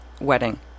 wedding